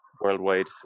worldwide